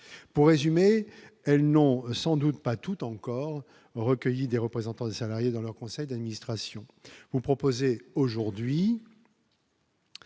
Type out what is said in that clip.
pour résumer, elles n'ont sans doute pas toutes encore recueilli des représentants des salariés dans leur conseil d'administration,